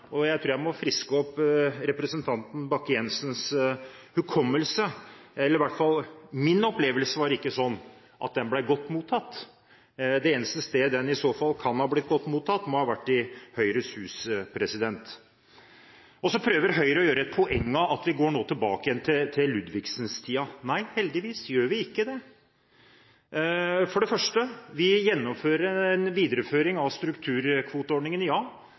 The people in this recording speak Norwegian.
Og jeg tror jeg må friske opp representanten Bakke-Jensens hukommelse. Min opplevelse var i hvert fall ikke at den ble godt mottatt. Det eneste stedet den i så fall kan ha blitt godt mottatt, må ha vært i Høyres Hus. Så prøver Høyre å gjøre et poeng av at vi nå går tilbake igjen til Ludvigsens tid. Nei, heldigvis gjør vi ikke det. Ja, vi gjennomfører en videreføring av strukturkvoteordningen.